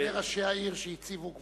שני ראשי העיר שהציבו גבולות,